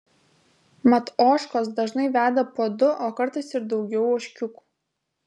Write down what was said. mat ožkos dažnai veda po du o kartais ir daugiau ožkiukų